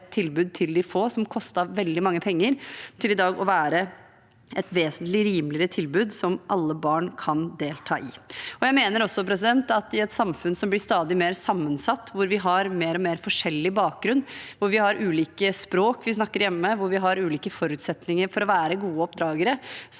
til de få og kostet veldig mange penger, men er i dag et vesentlig rimeligere tilbud som alle barn kan delta i. Jeg mener også at i et samfunn som blir stadig mer sammensatt, hvor vi har mer og mer forskjellig bakgrunn, hvor vi har ulike språk vi snakker hjemme, og hvor vi har ulike forutsetninger for å være gode oppdragere,